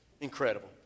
incredible